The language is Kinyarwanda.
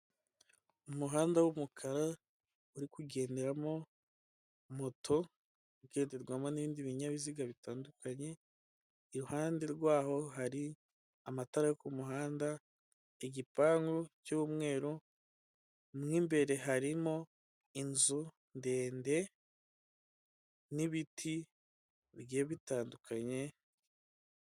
Umuhanda w'umukara uri kugenderamo moto, ugenderwamo n'ibindi binyabiziga bitandukanye, iruhande rwaho hari amatara yo ku muhanda ,igipangu cy'umweru ,mo imbere harimo inzu ndende n'ibiti bigiye bitandukanye...